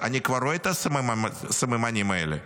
אני כבר רואה את הסממנים האלה.